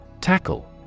Tackle